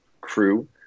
crew